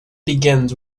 begins